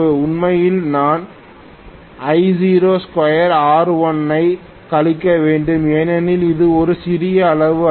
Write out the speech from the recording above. உண்மையில் நான் Io2R1 ஐக் கழிக்க வேண்டும் ஏனெனில் இது ஒரு சிறிய அளவு அல்ல